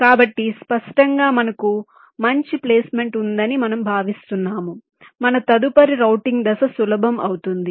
కాబట్టి స్పష్టంగా మనకు మంచి ప్లేస్మెంట్ ఉందని మనం భావిస్తున్నాము మన తదుపరి రౌటింగ్ దశ సులభం అవుతుంది